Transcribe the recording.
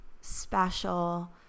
special